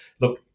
look